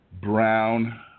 brown